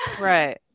Right